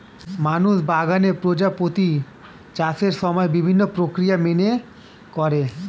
মানুষ বাগানে প্রজাপতির চাষের সময় বিভিন্ন প্রক্রিয়া মেনে করে